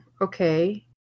Okay